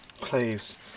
Please